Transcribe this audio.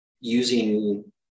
using